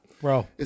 Bro